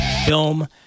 film